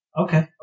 Okay